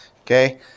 Okay